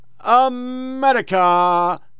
America